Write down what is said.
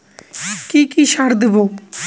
কি কি সার দেবো?